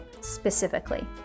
specifically